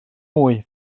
mwy